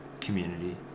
community